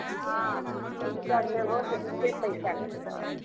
हॅं नीक जब लेबहो तऽ नीके पैसा लगतऽ